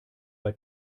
bei